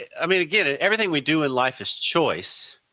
i mean again everything we do in life is choice.